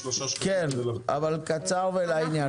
כן, אבל קצר ולעניין.